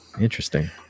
Interesting